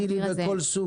תגידי כמה יש בכל סוג.